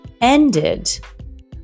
ended